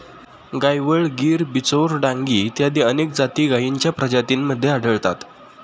गायवळ, गीर, बिचौर, डांगी इत्यादी अनेक जाती गायींच्या प्रजातींमध्ये आढळतात